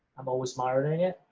i'm always monitoring it,